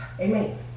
Amen